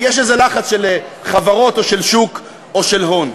כי יש איזה לחץ של חברות או של שוק או של הון.